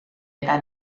eta